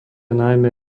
najmä